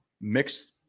mixed